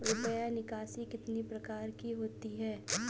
रुपया निकासी कितनी प्रकार की होती है?